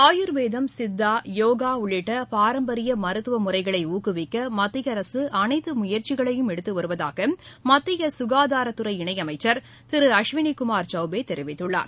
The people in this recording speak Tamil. ஆயுர்வேதம் சித்தா யோகா உள்ளிட்ட பாரம்பரிய மருத்துவமுறைகளை ஊக்குவிக்க மத்திய அரசு அனைத்து முயற்சிகளையும் எடுத்து வருவதாக மத்திய சுகாதாரத்துறை இணையமைச்சர் திரு அஷ்வினிகுமார் சௌபே தெரிவித்துள்ளார்